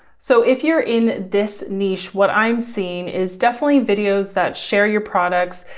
so if you're in this niche, what i'm seeing is definitely videos that share your products,